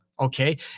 Okay